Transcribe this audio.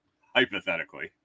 Hypothetically